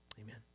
Amen